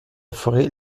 forêt